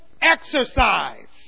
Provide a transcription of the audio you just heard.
exercise